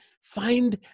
find